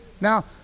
Now